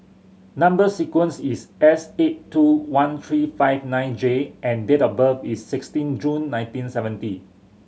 number sequence is S eight two one three five nine J and date of birth is sixteen June nineteen seventy